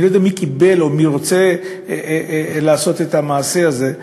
אני לא יודע מי קיבל או מי רוצה לעשות את המעשה הזה.